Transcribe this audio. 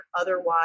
otherwise